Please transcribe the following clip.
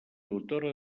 autora